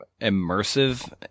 immersive